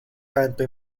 tanto